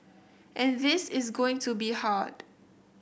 and this is going to be hard